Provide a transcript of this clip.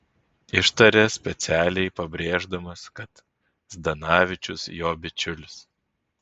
ištarė specialiai pabrėždamas kad zdanavičius jo bičiulis